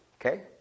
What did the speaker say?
Okay